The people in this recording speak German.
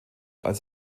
als